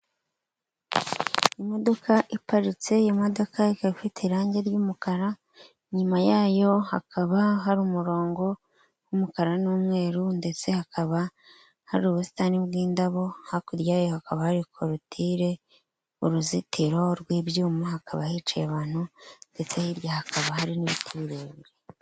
Imodoka iparitse, imodoka ikaba ifite irangi ry'umukara, inyuma yayo hakaba hari umurongo w'umukara n'umweru ndetse hakaba hari ubusitani bw'indabo, hakurya yayo hakaba hari korutire uruzitiro rw'ibyuma, hakaba hicaye abantu ndetse hirya hakaba hari n'ibiti birebire.